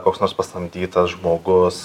koks nors pasamdytas žmogus